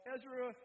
Ezra